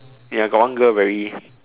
ya got one girl very